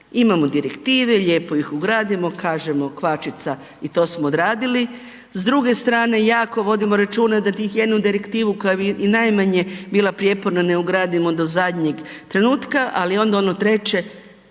imamo direktive, lijepo ih ugradimo, kažemo, kvačica i to smo odradili, s druge strane, jako vodimo računa da tih jednu direktivu koja je i najmanje bila prijeporna ne ugradimo do zadnjeg trenutka, ali onda ono treće,